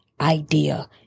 idea